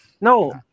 No